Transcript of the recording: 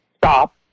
stop